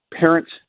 parents